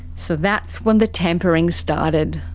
so that's when the tampering started.